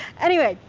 anyway,